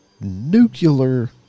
nuclear